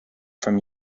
from